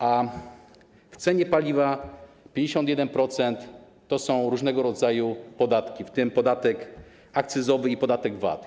A w cenie paliwa 51% to są różnego rodzaju podatki, w tym podatek akcyzowy i podatek VAT.